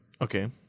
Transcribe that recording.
okay